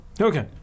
Okay